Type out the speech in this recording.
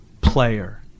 player